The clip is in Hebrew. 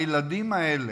הילדים האלה,